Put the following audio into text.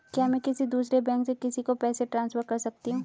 क्या मैं किसी दूसरे बैंक से किसी को पैसे ट्रांसफर कर सकती हूँ?